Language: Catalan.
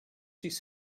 sis